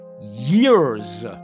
years